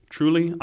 Truly